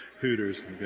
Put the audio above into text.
Hooters